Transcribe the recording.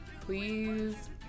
Please